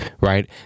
right